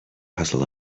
hustle